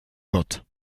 wird